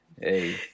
hey